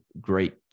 great